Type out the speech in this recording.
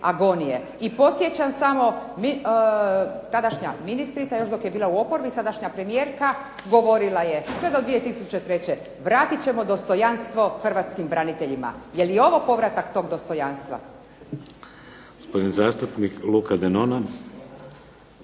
I podsjećam samo, tadašnja ministrica još dok je bila u oporbi, sadašnja premijerka govorila je sve do 2003. vratit ćemo dostojanstvo hrvatskim braniteljima. Je li ovo povratak tog dostojanstva? **Šeks, Vladimir (HDZ)** Gospodin zastupnik Luka Denona.